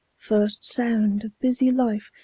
first sound of busy life,